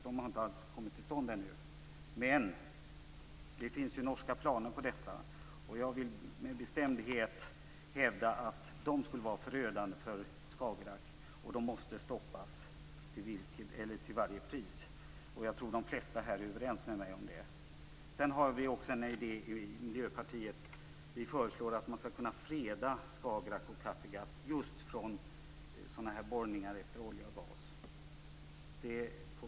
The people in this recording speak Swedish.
De har ännu inte kommit i gång, men det finns norska planer på sådana. Jag vill med bestämdhet hävda att de skulle vara förödande för Skagerrak och måste stoppas till varje pris. Jag tror att de flesta här i kammaren är överens med mig om det. Vi har i Miljöpartiet också den idén att man skall kunna freda Skagerrak och Kattegatt från borrningar efter olja och gas.